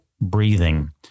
breathing